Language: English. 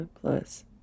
plus